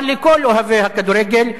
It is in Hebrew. אבל לכל אוהבי הכדורגל,